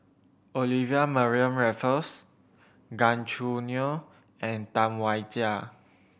Olivia Mariamne Raffles Gan Choo Neo and Tam Wai Jia